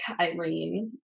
Irene